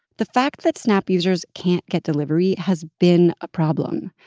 the fact that snap users can't get delivery has been a problem.